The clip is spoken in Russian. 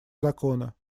закона